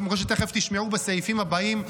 כמו שתשמעו בסעיפים הבאים,